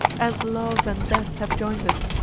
as love and death have joined us,